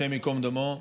השם ייקום דמו,